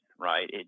right